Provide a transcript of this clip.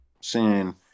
seeing